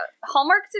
Hallmark